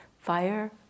fire